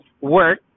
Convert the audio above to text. work